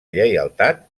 lleialtat